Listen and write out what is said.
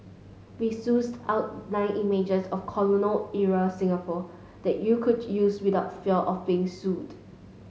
we sussed out nine images of colonial era Singapore that you could use without fear of being sued